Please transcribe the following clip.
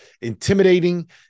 intimidating